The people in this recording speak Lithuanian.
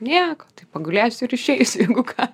nieko tai pagulėsiu ir išeisiu jeigu ką